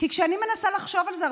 כי כשאני מנסה לחשוב על זה,